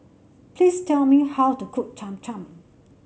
please tell me how to cook Cham Cham